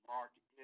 Mark